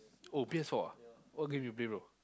oh P_S-four ah what game you play bro